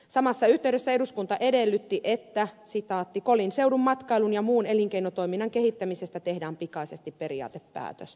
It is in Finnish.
samassa yhteydessä eduskunta edellytti että kolin seudun matkailun ja muun elinkeinotoiminnan kehittämisestä tehdään pikaisesti periaatepäätös